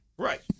Right